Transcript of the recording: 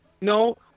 No